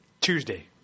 Tuesday